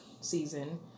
season